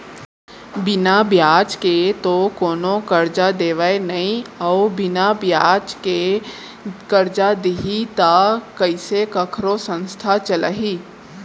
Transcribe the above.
बिना बियाज के तो कोनो करजा देवय नइ अउ बिना बियाज के करजा दिही त कइसे कखरो संस्था चलही